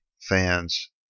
fans